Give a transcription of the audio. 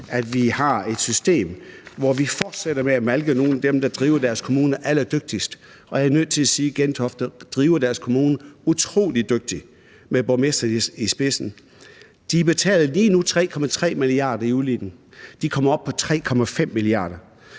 at vi har et system, hvor vi fortsætter med at malke nogle af dem, der driver deres kommuner allerdygtigst. Og jeg er nødt til at sige, at de i Gentofte driver deres kommune utrolig dygtigt, med borgmesteren i spidsen. De betaler lige nu 3,3 mia. kr. i udligning, og de kommer op på 3,5 mia. kr.